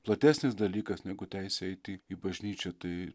platesnis dalykas negu teisė eiti į bažnyčią tai